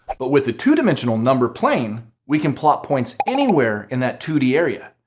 but with a two dimensional number plane, we can plot points anywhere in that two d area,